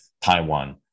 Taiwan